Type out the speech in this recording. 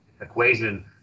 equation